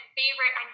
favorite